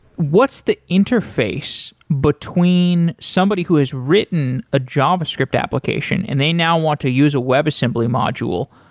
what's the interface between somebody who has written a java script application and they now want to use a web assembly module,